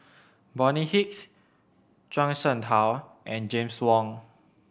Bonny Hicks Zhuang Shengtao and James Wong